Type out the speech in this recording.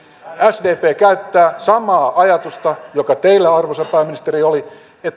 sdp käyttää samaa ajatusta joka teillä arvoisa pääministeri oli